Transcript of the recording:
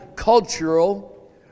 cultural